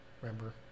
Remember